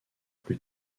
plus